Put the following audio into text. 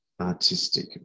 artistic